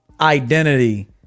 identity